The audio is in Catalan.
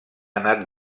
anat